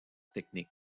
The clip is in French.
technique